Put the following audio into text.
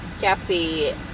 Cafe